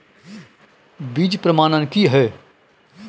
बीज प्रमाणन की हैय?